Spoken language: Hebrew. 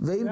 ואם